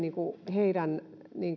heidän